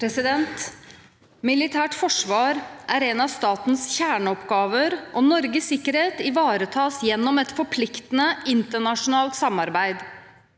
Militært forsvar er en av statens kjerneoppgaver, og Norges sikkerhet ivaretas gjennom et forpliktende internasjonalt samarbeid.